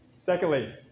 Secondly